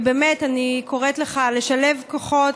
ובאמת, אני קוראת לך לשלב כוחות.